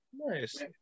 Nice